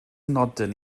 nodyn